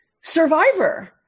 survivor